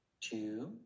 two